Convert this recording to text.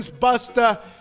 Buster